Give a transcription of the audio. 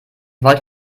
wollte